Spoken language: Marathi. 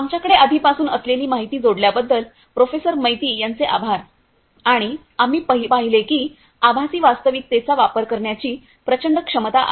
आमच्याकडे आधीपासून असलेली माहिती जोडल्याबद्दल प्रोफेसर मैती यांचे आभार आणि आम्ही पाहिले की आभासी वास्तविक तेचा वापर करण्याची प्रचंड क्षमता आहे